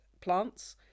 plants